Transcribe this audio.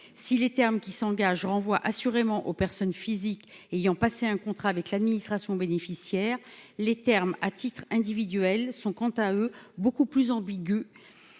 si les termes qui s'engage, renvoie assurément aux personnes physiques ayant passé un contrat avec l'administration bénéficiaires les termes à titre individuel sont quant à eux beaucoup plus ambigu